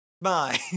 Bye